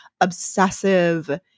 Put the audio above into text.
obsessive